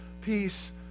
peace